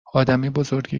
آدمبزرگی